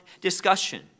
discussion